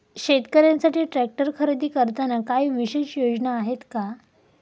शेतकऱ्यांसाठी ट्रॅक्टर खरेदी करताना काही विशेष योजना आहेत का?